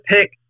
pick